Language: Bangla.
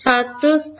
ছাত্র স্থান